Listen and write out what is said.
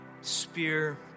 spear